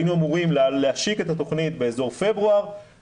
היינו אמורים להשיק את התוכנית באזור פברואר,